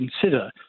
consider